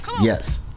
yes